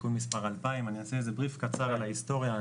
תיקון מספר 2,000. אני אתן בריף קצר על ההיסטוריה.